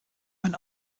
mein